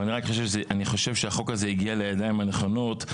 אבל אני חושב שהחוק הזה הגיע לידיים הנכונות.